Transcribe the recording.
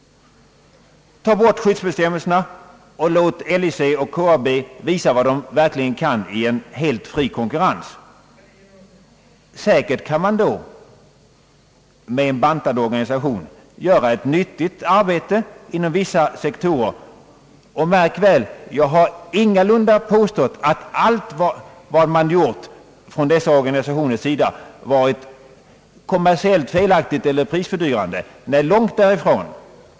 Ta bort skyddsbestämmelserna och låt LIC och KAB i en helt fri konkurrens visa vad de verkligen kan! Säkert kan man då med en bantad organisation utföra ett nyttigt arbete inom vissa sektorer. Och märk väl! Jag har ingalunda påstått att allt vad man gjort från dessa organisationers sida varit kommersiellt felaktigt eller prisfördyrande. Långt därifrån.